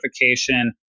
notification